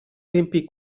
riempì